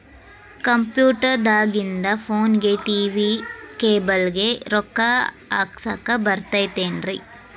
Computer ದಾಗಿಂದ್ ಫೋನ್ಗೆ, TV cable ಗೆ, ರೊಕ್ಕಾ ಹಾಕಸಾಕ್ ಬರತೈತೇನ್ರೇ?